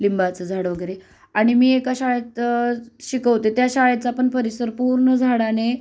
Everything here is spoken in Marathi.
लिंबाचं झाडं वगैरे आणि मी एका शाळेत शिकवते त्या शाळेचा पण परिसर पूर्ण झाडाने